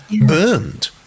Burned